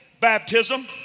baptism